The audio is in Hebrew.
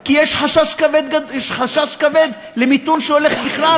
כי יש חשש כבד למיתון בכלל,